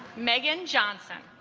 megan johnson